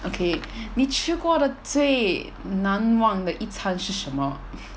okay 你吃过的最难忘的一餐是什么